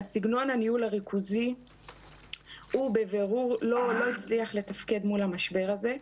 סגנון הניהול הריכוזי הוא בבירור לא הצליח לתפקד מול המשבר הזה.